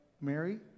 Mary